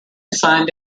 assigned